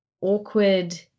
awkward